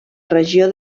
regió